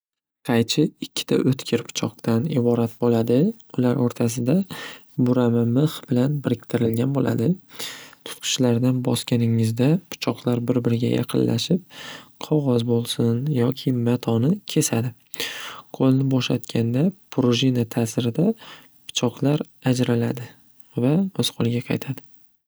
Qaychi ikkita o'tkir pichoqdan iborat bo'ladi. Ular o'rtasida burama mix bilan biriktirilgan bo'ladi. Tutqichlardan bosganingizda pichoqlar bir biriga yaqinlashib, qog'oz bo'lsin yoki matoni kesadi. Qo'lni bo'shatganda prujina tasirida pichoqlar ajraladi va o'z holiga qaytadi.